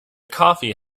coffee